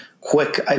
quick